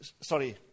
sorry